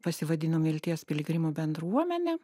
pasivadinom vilties piligrimų bendruomenė